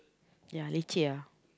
yeah leceh ah